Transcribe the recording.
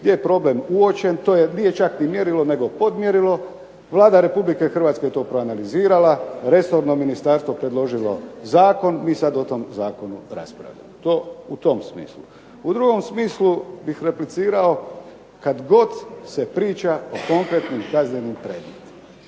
gdje je problem uočen, to je, nije čak ni mjerilo, nego podmjerilo, Vlada Republike Hrvatske to proanalizirala, resorno ministarstvo predložilo zakon i sad o tom zakonu raspravljamo. To u tom smislu. U drugom smislu bih replicirao, kad god se priča o konkretnim kaznenim predmetima,